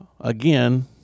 Again